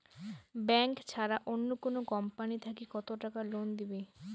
Bank ছাড়া অন্য কোনো কোম্পানি থাকি কত টাকা লোন দিবে?